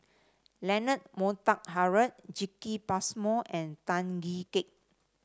Leonard Montague Harrod Jacki Passmore and Tan Kee Sek